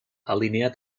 alineat